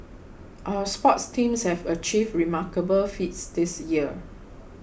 our sports teams have achieved remarkable feats this year